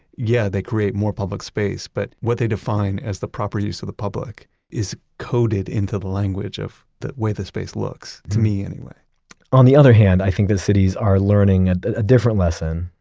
yeah, they create more public space, but what they define as the proper use of the public is coded into the language of the way the space looks. to me anyway on the other hand, i think that cities are learning and a different lesson,